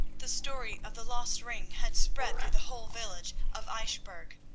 the story of the lost ring had spread through the whole village of eichbourg,